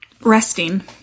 Resting